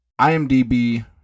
IMDb